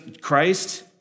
Christ